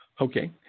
Okay